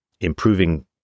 improving